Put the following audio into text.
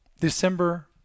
December